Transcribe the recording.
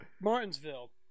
Martinsville